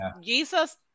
Jesus